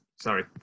sorry